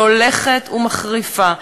שהולכת ומחריפה,